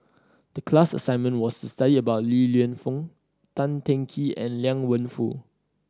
the class assignment was to study about Li Lienfung Tan Teng Kee and Liang Wenfu